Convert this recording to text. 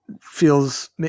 feels